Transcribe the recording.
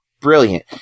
brilliant